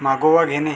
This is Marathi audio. मागोवा घेणे